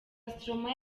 stromae